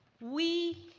we